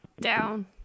Down